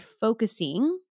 focusing